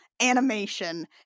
animation